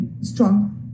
strong